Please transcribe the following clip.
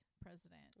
President